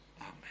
Amen